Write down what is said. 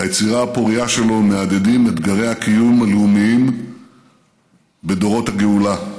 ביצירה הפורייה שלו מהדהדים אתגרי הקיום הלאומיים בדורות הגאולה.